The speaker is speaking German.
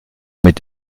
mit